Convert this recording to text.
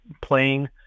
playing